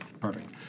Perfect